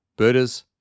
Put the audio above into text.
birders